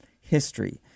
history